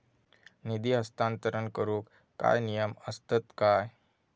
निधी हस्तांतरण करूक काय नियम असतत काय?